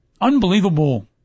Unbelievable